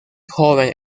joven